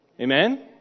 Amen